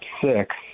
six